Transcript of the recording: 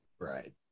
Right